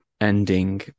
ending